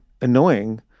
annoying